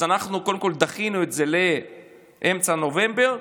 אנחנו קודם כול דחינו את זה לאמצע נובמבר,